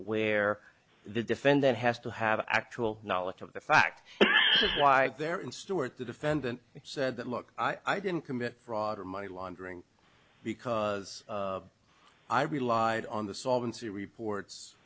where the defendant has to have actual knowledge of the fact why they're in stewart the defendant said that look i didn't commit fraud or money laundering because i relied on the solvency reports